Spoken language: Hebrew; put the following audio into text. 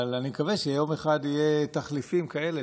אבל אני מקווה שיום אחד יהיו תחליפים כאלה,